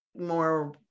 more